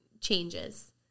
changes